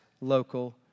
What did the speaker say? local